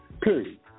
Period